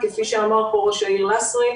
כפי שאמר פה ראש העיר לסרי,